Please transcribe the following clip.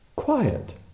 quiet